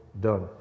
done